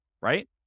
right